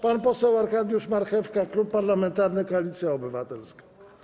Pan poseł Arkadiusz Marchewka, Klub Parlamentarny Koalicja Obywatelska.